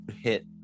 hit